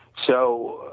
so,